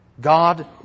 God